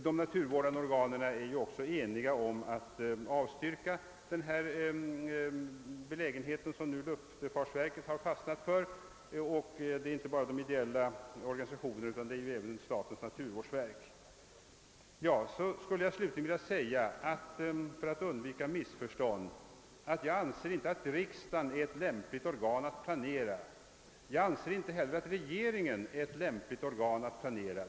De naturvårdande organen är också eniga om att avstyrka den förläggning som luftfartsverket fastnat för; det gäller inte bara de ideella organisationerna utan även statens naturvårdsverk. Slutligen skulle jag för att undvika missförstånd vilja säga att jag inte anser att riksdagen är ett lämpligt organ för planering. Jag anser inte heller att regeringen är ett lämpligt organ härför.